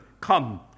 come